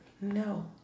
No